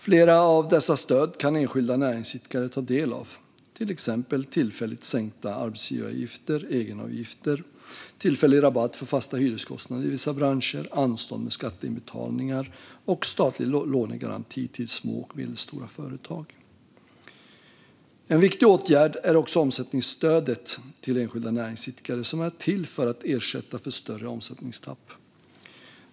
Flera av dessa stöd kan enskilda näringsidkare ta del av, till exempel tillfälligt sänkta arbetsgivaravgifter och egenavgifter, tillfällig rabatt för fasta hyreskostnader i vissa branscher, anstånd med skatteinbetalningar och statlig lånegaranti till små och medelstora företag. En viktig åtgärd är också omsättningsstödet till enskilda näringsidkare, vilket är till för att ersätta större omsättningstapp.